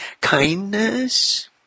kindness